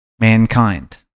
Mankind